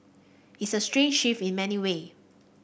it's a strange in many way